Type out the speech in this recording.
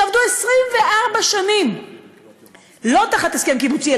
שעבדו 24 שנים לא תחת הסכם קיבוצי,